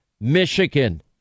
Michigan